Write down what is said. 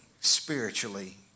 spiritually